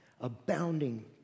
abounding